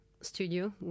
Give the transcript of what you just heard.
studio